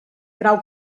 grau